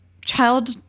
child